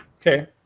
Okay